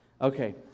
Okay